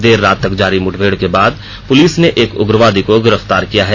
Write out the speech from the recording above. देर रात तक जारी मुठभेड़ के बाद पुलिस ने एक उग्रवादी को गिरफ्तार किया है